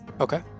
Okay